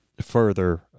further